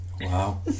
Wow